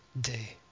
day